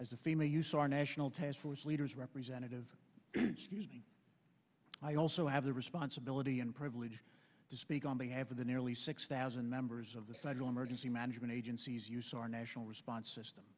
as a female use our national task force leaders representative i also have the responsibility and privilege to speak on behalf of the nearly six thousand members of the federal emergency management agencies use our national response system